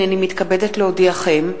הנני מתכבדת להודיעכם,